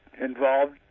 involved